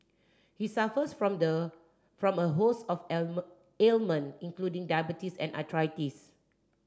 he suffers from the from a host of ailment including diabetes and arthritis